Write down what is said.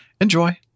Enjoy